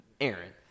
Aaron